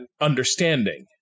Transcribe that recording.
understanding